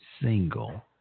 single